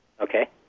Okay